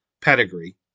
pedigree